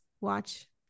watch